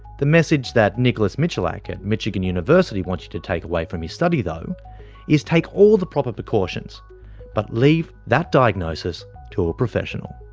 the message that nicholas michalak at michigan university wants you to take away from his study though is take all the proper precautions but leave that diagnosis to a professional.